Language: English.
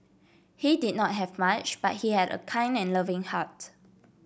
he did not have much but he had a kind and loving heart